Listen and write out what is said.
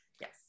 Yes